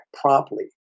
promptly